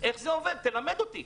איך זה עובד, שילמד אותי.